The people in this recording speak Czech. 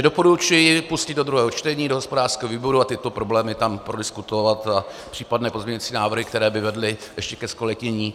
Doporučuji pustit do druhého čtení do hospodářského výboru a tyto problémy tam prodiskutovat, a případné pozměňovací návrhy, které by vedly ještě ke zkvalitnění.